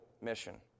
mission